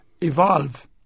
evolve